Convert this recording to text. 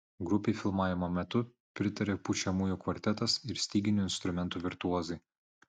grupei filmavimo metu pritarė pučiamųjų kvartetas ir styginių instrumentų virtuozai